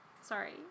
Sorry